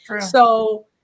So-